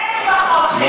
אין בחוק שני כיורים,